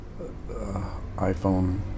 iPhone